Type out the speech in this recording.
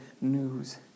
news